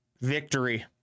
Victory